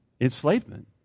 Enslavement